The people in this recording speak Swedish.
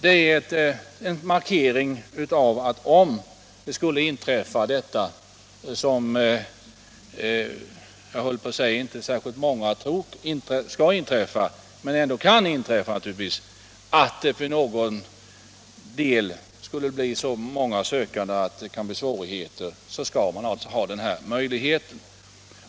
Det är en markering av att om detta skulle inträffa som inte särskilt många tror skall inträffa men som ändå naturligtvis kan inträffa — att det för någon del skulle bli så många sökande att det uppstår svårigheter — så skall den här möjligheten finnas.